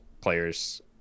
players